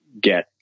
get